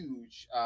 huge